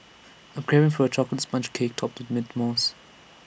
I am craving for A Chocolate Sponge Cake Topped with Mint Mousse